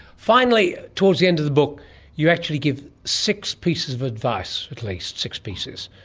finally, towards the end of the book you actually give six pieces of advice, at least six pieces,